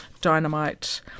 Dynamite